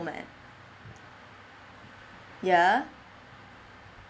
ya